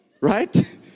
right